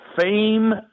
fame